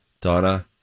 Donna